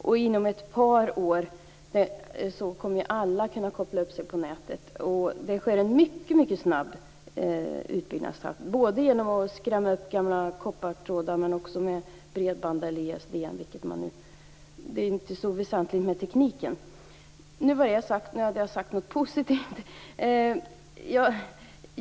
Och inom ett par år kommer alla att kunna koppla upp sig på nätet. Utbyggnadstakten är mycket snabb, och tekniken är inte så väsentlig.